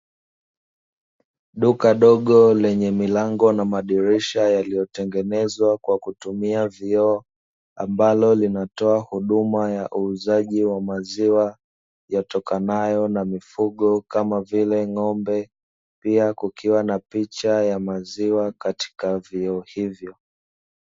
Duka dogo lenye milango na madirisha yaliyotengenezwa kwa kutumia vioo, ambalo linatoa huduma ya uuzaji wa maziwa, yatokanayo na mifugo kam vile ng'ombe, pia kukiwa na picha ya maziwa katika vioo hivyo.